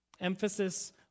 Emphasis